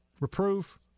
reproof